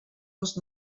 les